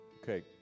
Okay